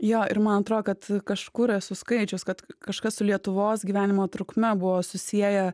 jo ir man atrodo kad kažkur esu skaičius kad kažkas su lietuvos gyvenimo trukme buvo susieję